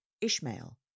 Ishmael